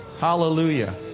Hallelujah